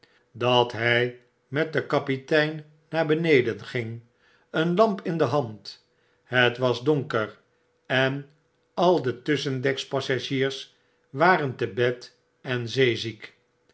dat hjj met den kapitein naar beneden ging een lamp in de hand het was donker en al de tusschendeks assagiers waren te